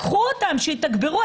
קחו אותם, שיתגברו.